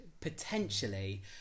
potentially